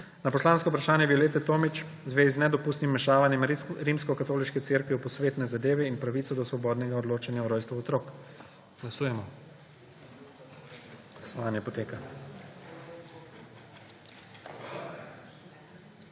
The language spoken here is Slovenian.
na poslansko vprašanje Violete Tomić v zvezi z nedopustnim vmešavanjem Rimskokatoliške cerkve v posvetne zadeve in pravico do svobodnega odločanja o rojstvu otrok. Glasujemo. Navzočih